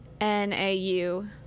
N-A-U